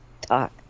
talk